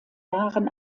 jahren